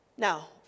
Now